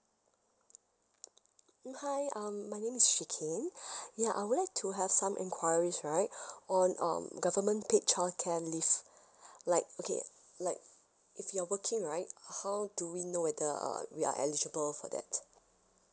mm hi um my name is shikin ya I would like to have some enquiries right on um government paid childcare leave like okay like if you're working right how do we know that uh we are eligible for that